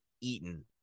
eaten